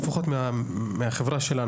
לפחות מהחברה שלנו,